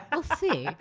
we'll see.